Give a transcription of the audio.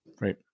Right